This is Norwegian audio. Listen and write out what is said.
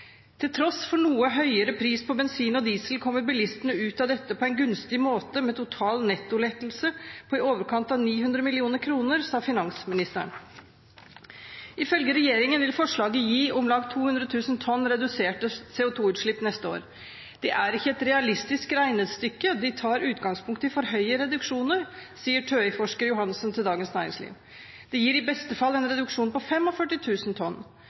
Til tross for noe høyere pris på bensin og diesel kommer bilistene ut av dette på en gunstig måte, med total netto lettelse på i overkant av 900 mill. kr, sa finansministeren. Ifølge regjeringen vil forslaget gi omlag 200 000 tonn reduserte CO 2 -utslipp neste år. «Det er ikke et realistisk regnestykke, de tar utgangspunkt i for høye reduksjoner», sier TØI-forsker Johansen til Dagbladet og mener at det i beste fall gir en reduksjon på 45 000 tonn.